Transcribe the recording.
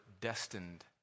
destined